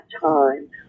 time